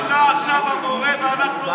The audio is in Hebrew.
חברת הכנסת אבקסיס,